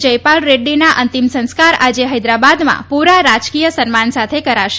જયપાલ રેડ્ડીના અંતિમ સંસ્કાર આજે હૈદરાબાદમાં પૂરા રાજકીય સન્માન સાથે કરાશે